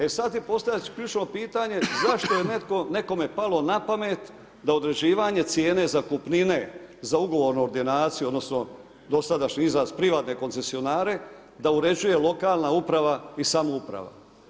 E sada je postavljeno ključno pitanje zašto je netko nekome palo napamet da određivanje cijene zakupnine za ugovornu ordinaciju odnosno dosadašnji izraz privatne koncesionare da uređuje lokalna uprava i samouprava.